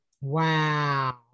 Wow